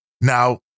Now